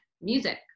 music